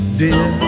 dear